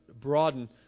broaden